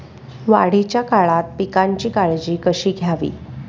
वाढीच्या काळात पिकांची काळजी कशी घ्यावी?